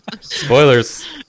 Spoilers